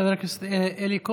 חבר הכנסת אלי כהן,